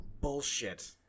bullshit